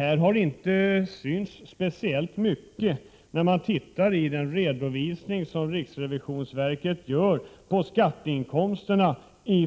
Detta har inte synts särskilt väl när man tittar i den redovisning som riksrevisionsverket har gjort av skatteinkomsterna